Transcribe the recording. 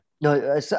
No